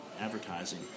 advertising